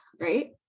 Right